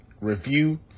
review